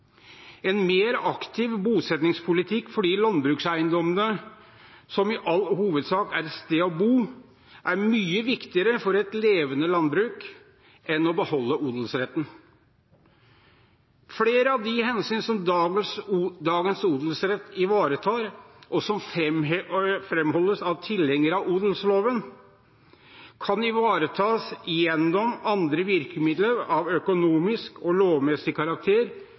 En mer aktiv bosettingspolitikk for de landbrukseiendommene som i all hovedsak er et sted å bo, er mye viktigere for et levende landbruk enn å beholde odelsretten. Flere av de hensyn som dagens odelsrett ivaretar, og som framholdes av tilhengere av odelsloven, kan ivaretas gjennom andre virkemidler av økonomisk og lovmessig karakter,